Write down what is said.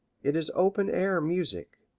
it is open air music,